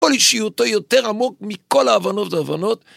כל אישיותו יותר עמוק מכל ההבנות וההבנות.